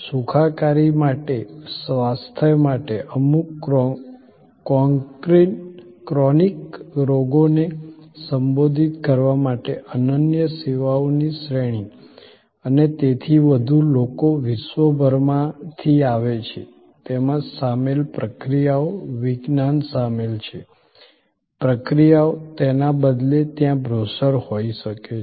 સુખાકારી માટે સ્વાસ્થ્ય માટે અમુક ક્રોનિક રોગોને સંબોધિત કરવા માટે અનન્ય સેવાઓની શ્રેણી અને તેથી વધુ લોકો વિશ્વભરમાંથી આવે છે તેમાં સામેલ પ્રક્રિયાઓ વિજ્ઞાન સામેલ છે પ્રક્રિયાઓ તેના બદલે ત્યાં બ્રોશર હોઈ શકે છે